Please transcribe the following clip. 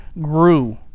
grew